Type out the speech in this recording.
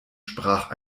sprach